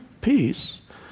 peace